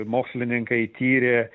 mokslininkai tyrė